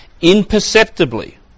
imperceptibly